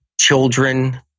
children